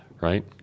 right